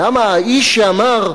למה האיש שאמר,